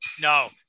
No